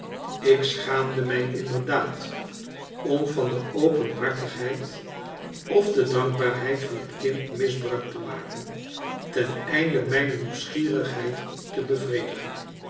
ik schaamde mij inderdaad om van de openhartigheid of de dankbaarheid van het kind misbruik te maken ten einde mijne nieuwsgierigheid te bevredigen